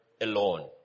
alone